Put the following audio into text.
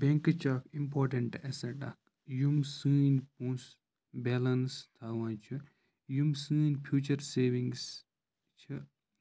بٮ۪نٛکٕچ اَکھ important asset اَکھ یِم سٲنۍ پونٛسہٕ بیلَنس تھاوان چھِ یِم سٲنۍ فیوٗچَر سیوِنٛگٕس چھِ